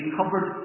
covered